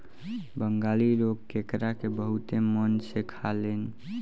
बंगाली लोग केकड़ा के बहुते मन से खालेन